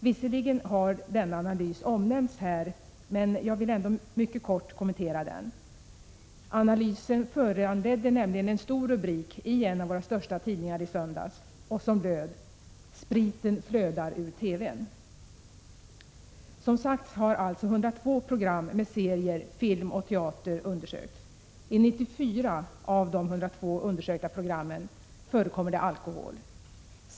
Visserligen har denna analys omnämnts här i debatten, men jag vill ändå mycket kort kommentera den. Analysen föranledde nämligen i en av våra största tidningar i söndags en stor rubrik som löd ”Spriten flödar ur TV-n”. Som sagt har 102 program med serier, film och teater undersökts. I 94 av de 102 undersökta programmen förekommer det alkohol.